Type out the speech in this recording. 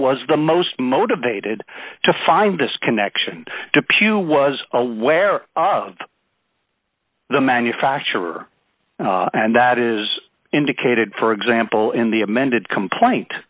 was the most motivated to find this connection to pew was aware of the manufacturer and that is indicated for example in the amended complaint